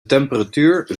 temperatuur